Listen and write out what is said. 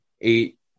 eight